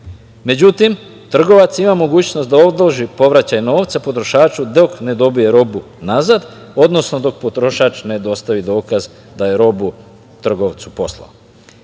Međutim, trgovac ima mogućnost da odloži povraćaj novca potrošaču dok ne dobije robu nazad, odnosno dok potrošač ne dostavi dokaz da je robu trgovcu poslao. Predlog